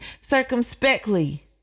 circumspectly